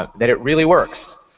ah that it really works.